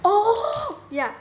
oh yeah